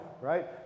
right